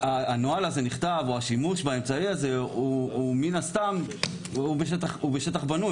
הנוהל הזה נכתב או השימוש באמצעי הזה הוא מן הסתם בשטח בנוי,